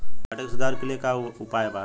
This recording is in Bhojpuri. माटी के सुधार के लिए का उपाय बा?